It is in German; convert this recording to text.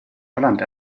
holland